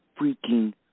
freaking